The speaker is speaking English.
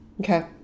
Okay